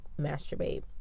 masturbate